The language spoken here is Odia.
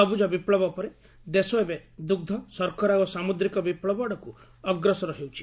ସବୁଜ ବିପ୍ଲବ ପରେ ଦେଶ ଏବେ ଦୁଗ୍ଧ ଶର୍କରା ଓ ସାମୁଦ୍ରିକ ବିପ୍ଲବ ଆଡ଼କୁ ଅଗ୍ରସର ହେଉଛି